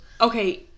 Okay